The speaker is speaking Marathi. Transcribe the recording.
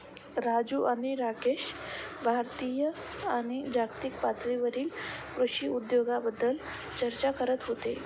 राजू आणि राकेश भारतीय आणि जागतिक पातळीवरील कृषी उद्योगाबद्दल चर्चा करत होते